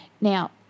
Now